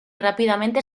rápidamente